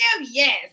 yes